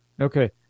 Okay